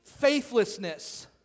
faithlessness